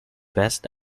best